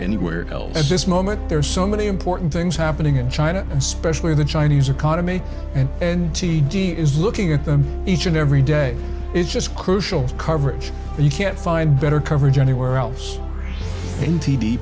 anywhere else at this moment there are so many important things happening in china especially the chinese economy and and t d is looking at them each and every day is just crucial coverage and you can't find better coverage anywhere else